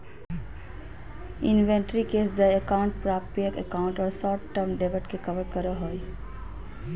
inventory cash देय account प्राप्य account और शॉर्ट टर्म डेब्ट के कवर करो हइ